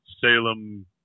Salem